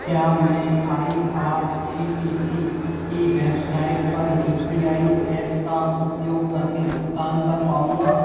क्या मैं I R C T C की बेवसाइट पर यू पी आई ऐप का उपयोग करके भुगतान कर पाऊँगा